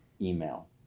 email